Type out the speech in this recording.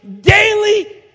daily